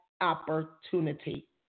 opportunity